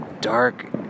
dark